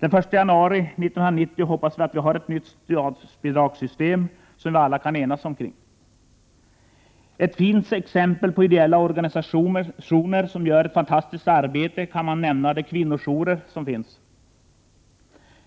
Den 1 januari 1990 hoppas vi att vi har ett nytt statsbidragssystem för missbrukarvården som vi kan ena oss omkring. Som ett fint exempel på ideella organisationer som gör ett fantastiskt arbete kan man nämna de kvinnojourer som finns.